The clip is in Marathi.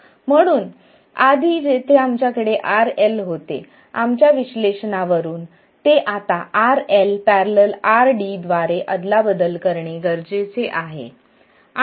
म्हणून आधी जेथे आमच्याकडे RL होते आमच्या विश्लेषणा वरून ते आता RL ।।RD द्वारे अदलाबदल करणे गरजेचे आहे